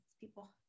people